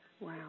Wow